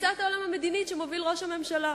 לתפיסת העולם המדינית שמוביל ראש הממשלה.